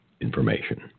information